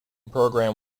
program